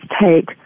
take